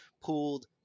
pooled